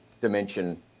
Dimension